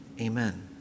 Amen